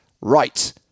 Right